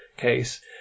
case